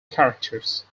characters